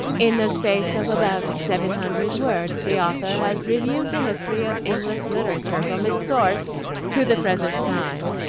in the space of about seven hundred words the author has reviewed the history of english literature from its source to the present time